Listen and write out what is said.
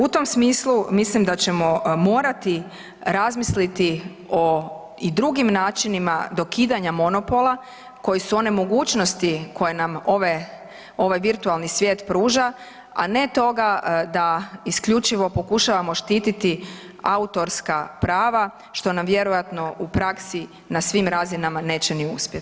U tom smislu mislim da ćemo morati razmisliti i o drugim načinima dokidanja monopola koji su u nemogućnosti koje nam ovaj virtualni svijet pruža, a ne toga da isključivo pokušavamo štititi autorska prava što nam vjerojatno u praksi na svim razinama neće ni uspjeti.